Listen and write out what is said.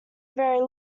very